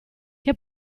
che